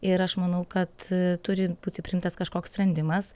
ir aš manau kad turi būti priimtas kažkoks sprendimas